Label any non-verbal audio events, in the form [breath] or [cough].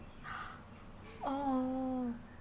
[breath] !ow!